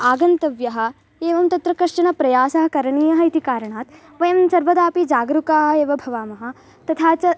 आगन्तव्यः एवं तत्र कश्चन प्रयासः करणीयः इति कारणात् वयं सर्वदा अपि जागरूकाः एव भवामः तथा च